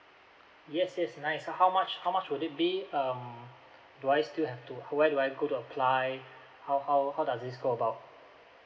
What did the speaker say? yes yes nice how much how much would it be um do I still have to where do I go to apply how how how does this go about